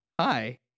hi